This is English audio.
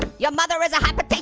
your your mother is a hot potater